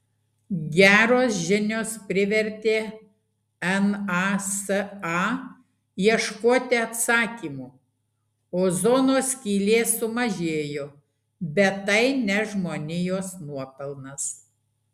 geros žinios privertė nasa ieškoti atsakymų ozono skylė sumažėjo bet tai ne žmonijos nuopelnas